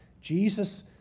Jesus